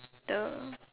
the